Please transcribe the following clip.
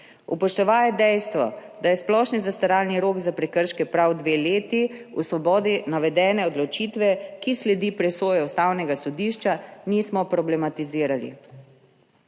Upoštevaje dejstvo, da je splošni zastaralni rok za prekrške prav dve leti, v Svobodi navedene odločitve, ki sledi presoji Ustavnega sodišča, nismo problematizirali.